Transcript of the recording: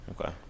Okay